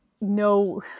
no